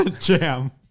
Jam